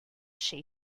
she